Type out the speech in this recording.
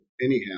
anyhow